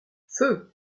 feu